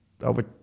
over